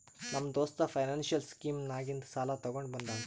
ನಮ್ಮ ದೋಸ್ತ financial scheme ನಾಗಿಂದೆ ಸಾಲ ತೊಂಡ ಬಂದಾನ್